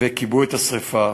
וכיבו את השרפה.